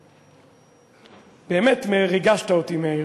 ובאמת ריגשת אותי, מאיר,